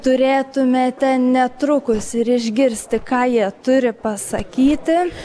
turėtumėte netrukus ir išgirsti ką jie turi pasakyti